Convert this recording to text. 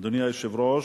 אדוני היושב-ראש,